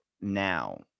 now